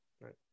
right